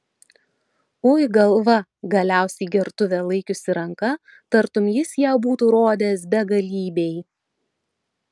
ui galva galiausiai gertuvę laikiusi ranka tartum jis ją būtų rodęs begalybei